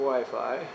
Wi-Fi